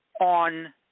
on